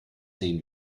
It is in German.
sehen